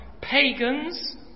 pagans